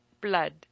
blood